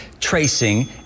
tracing